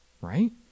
right